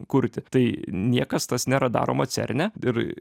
kurti tai niekas tas nėra daroma cerne ir